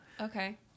Okay